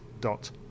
dot